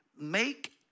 make